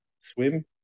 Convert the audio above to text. swim